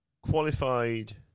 qualified